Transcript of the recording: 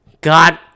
God